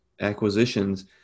acquisitions